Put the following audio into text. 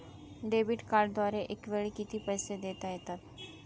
Debit कार्डद्वारे एकावेळी किती पैसे देता येतात?